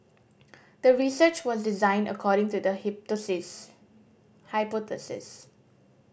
the research was designed according to the hypothesis